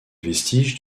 vestige